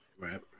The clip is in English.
Right